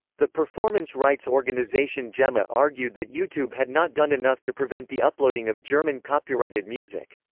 the performance rights organization gema argued that youtube had not done enough to prevent the uploading of german copyrighted music.